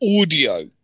audio